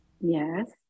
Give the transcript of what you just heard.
yes